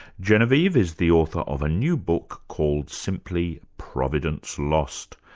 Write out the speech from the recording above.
genevieve is the author of a new book called simply, providence lost.